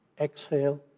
Exhale